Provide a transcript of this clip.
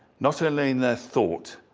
not only in their thought,